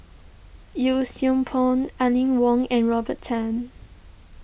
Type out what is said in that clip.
Yee Siew Pun Aline Wong and Robert Tan